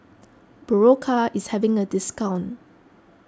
Berocca is having a discount